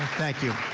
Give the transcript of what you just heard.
thank you.